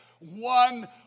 One